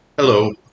Hello